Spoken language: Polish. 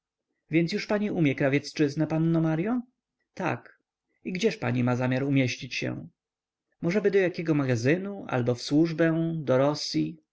więc już pani umie krawiecczyznę panno maryo tak i gdzież pani ma zamiar umieścić się możeby do jakiego magazynu albo w służbę do